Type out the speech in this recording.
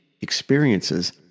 experiences